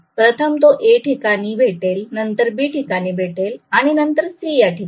प्रथम तो A याठिकाणी भेटेल नंतर B याठिकाणी भेटेल आणि नंतर C याठिकाणी